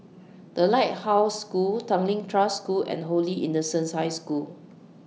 The Lighthouse School Tanglin Trust School and Holy Innocents' High School